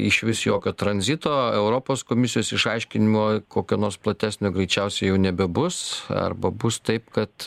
išvis jokio tranzito europos komisijos išaiškinimo kokio nors platesnio greičiausiai jau nebebus arba bus taip kad